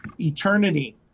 Eternity